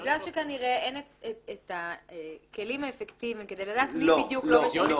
בגלל שאין את הכלים האפקטיביים כדי לדעת מי לא משלם --- לא.